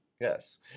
Yes